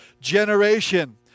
generation